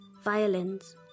violins